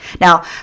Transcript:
Now